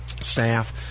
staff